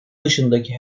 dışındaki